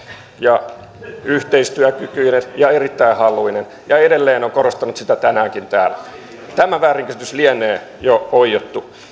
ja yhteistyökykyinen ja erittäin yhteistyöhaluinen ja edelleen on korostanut sitä tänäänkin täällä tämä väärinkäsitys lienee jo oiottu